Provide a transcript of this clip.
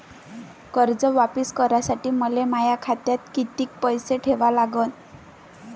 कर्ज वापिस करासाठी मले माया खात्यात कितीक पैसे ठेवा लागन?